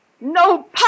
No